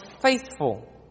faithful